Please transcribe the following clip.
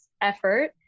effort